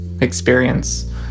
experience